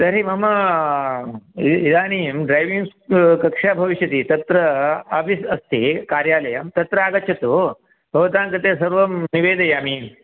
तर्हि मम इ इदानीं ड्रैविङ्ग् स् कक्षा भविष्यति तत्र आफ़िस् अस्ति कार्यालयं तत्र आगच्छतु भवताङ्कृते सर्वं निवेदयामि